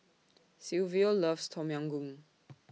Silvio loves Tom Yam Goong